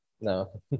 No